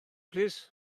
plîs